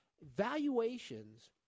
Valuations